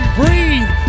breathe